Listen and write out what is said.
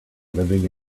living